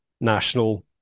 national